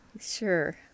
Sure